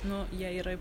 nu jie yra